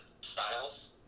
styles